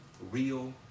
real